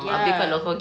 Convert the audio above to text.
ya